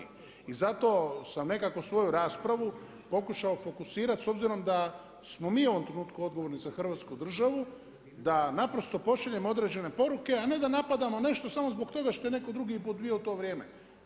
I zato sam nekako svoju raspravu pokušao fokusirati s obzirom da smo mi u ovom trenutku odgovorni za Hrvatsku državu, da naprosto pošaljemo određene poruke, a ne da napadamo nešto samo zbog toga što je netko drugi bio u to vrijeme.